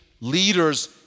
leaders